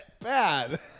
Bad